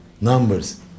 numbers